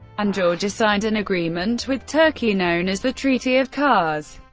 and georgia signed an agreement with turkey known as the treaty of kars.